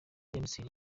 minisitiri